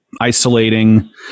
isolating